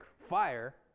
fire